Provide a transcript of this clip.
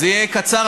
זה יהיה קצר,